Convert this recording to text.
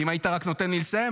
ואם היית רק נותן לי לסיים,